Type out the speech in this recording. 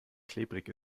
klebrig